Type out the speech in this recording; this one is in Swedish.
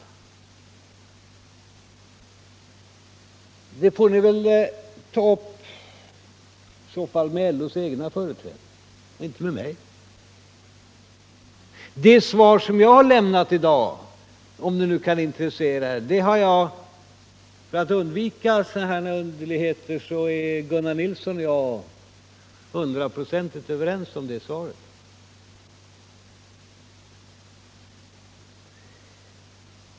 Det får ni ta upp med LO:s egna företrädare, inte med mig. Det svar som jag har lämnat i dag —- om det nu kan intressera er —- har jag för att undvika sådana här underligheter sett till att Gunnar Nilsson och jag är hundraprocentigt överens om.